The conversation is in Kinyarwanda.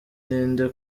ninde